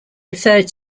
referred